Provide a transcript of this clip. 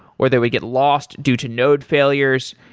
whether we get lost due to node failures.